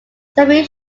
samuel